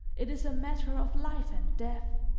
it is a matter of life and death.